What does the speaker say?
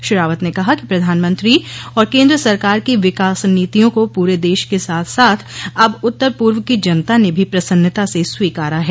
श्री रावत ने कहा कि प्रधानमंत्री और केन्द्र सरकार की विकास नीतियों को पूरे देश के साथ साथ अब उत्तर पूर्व की जनता ने भी प्रसन्नता से स्वीकारा है